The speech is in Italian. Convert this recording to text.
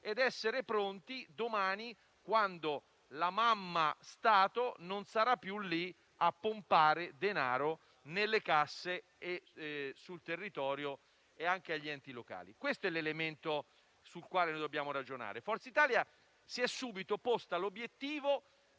ed essere pronte domani quando "mamma Stato" non sarà più lì a pompare denaro nelle casse, sul territorio e anche agli enti locali. Questo è l'elemento sul quale dobbiamo ragionare. Forza Italia si è subito posta l'obiettivo